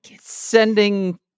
sending